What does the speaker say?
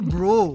Bro